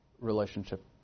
relationship